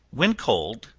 when cold,